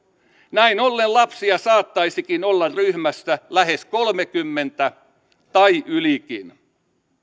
näin ollen lapsia saattaisikin olla ryhmässä lähes kolmekymmentä tai ylikin